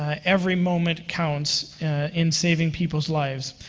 ah every moment counts in saving people's lives.